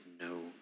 no